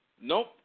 Nope